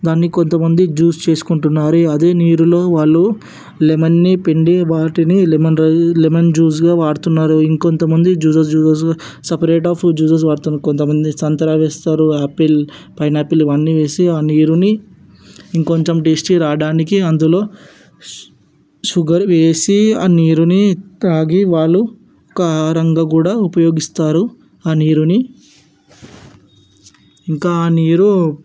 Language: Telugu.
దాన్ని కొంతమంది జ్యూస్ చేసుకుంటున్నారు అదే నీరులో వాళ్ళు లెమన్ని పిండి వాటిని లెమన్ లెమన్ జ్యూస్గా వాడుతున్నారు ఇంకొంతమంది juices juices separate of juices వాడుతారు కొంతమంది సంత్రా వేస్తారు ఆపిల్ పైనాపిల్ ఇవన్నీ వేసి ఆ నీరుని ఇంకొంచెం టేస్టీ రావడానికి అందులో షు షుగర్ వేసి ఆ నీరుని తాగి వాళ్ళు కారంగా కూడా ఉపయోగిస్తారు ఆ నీరుని ఇంకా ఆ నీరు